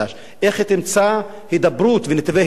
איך היא תמצא נתיבי הידברות.